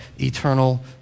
Eternal